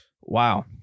Wow